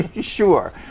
sure